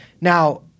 Now